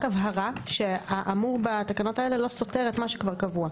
זה רק הבהרה שהאמור בתקנות האלה לא סותר את מה שכבר קבוע.